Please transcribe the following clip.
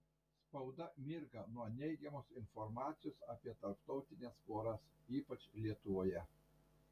spauda mirga nuo neigiamos informacijos apie tarptautines poras ypač lietuvoje